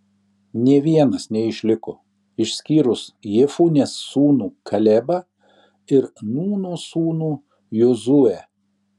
nė vienas neišliko išskyrus jefunės sūnų kalebą ir nūno sūnų jozuę